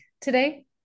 today